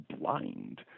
blind